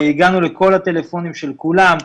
הגענו לכל הטלפונים של כולם.